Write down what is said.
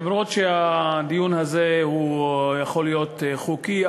אומנם הדיון הזה יכול להיות חוקי,